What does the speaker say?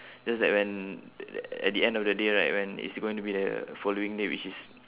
just that when at the end of the day right when it's going to be the following day which is